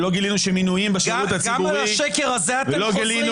ולא גילינו שמינויים בשירות הציבורי --- גם על השקר הזה אתם חוזרים?